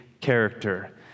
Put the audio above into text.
character